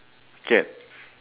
cat